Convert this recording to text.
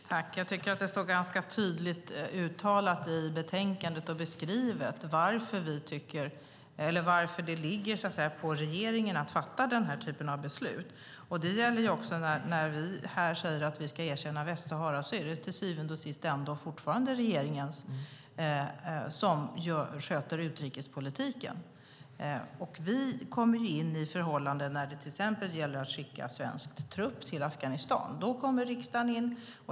Herr talman! Jag tycker att det är ganska tydligt beskrivet i betänkandet varför det ligger på regeringen att fatta den här typen av beslut. När vi säger att vi ska erkänna Västsahara är det till syvende och sist ändå regeringen som sköter utrikespolitiken. Vi kommer in när det till exempel gäller att skicka svensk trupp till Afghanistan. Då kommer riksdagen in.